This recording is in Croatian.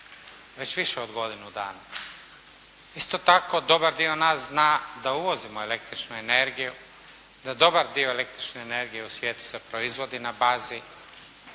Već više od godinu dana. Isto tako dobar dio nas zna da uvozimo električnu energiju, da dobar dio električne energije u svijetu se proizvodi na bazi termoelektrana